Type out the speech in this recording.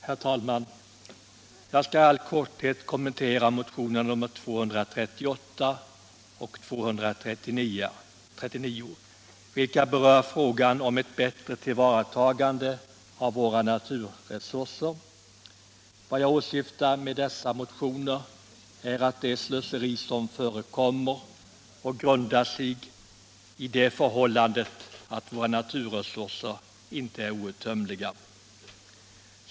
Herr talman! Jag skall i all korthet kommentera motionerna 238 och 239, vilka berör frågan om ett bättre tillvaratagande av våra naturresurser. Vad jag åsyftar med dessa motioner är att påtala det slöseri som förekommer, och min oro grundar sig i det förhållandet att våra naturresurser inte är outtömliga.